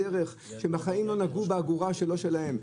שבחיים לא נגעו באגורה שלא שלהם,